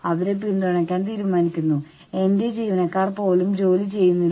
അതിനാൽ ഒരു യൂണിയനിൽ ചേരേണ്ടതിന്റെ ആവശ്യകത അവർക്ക് തോന്നുന്നില്ല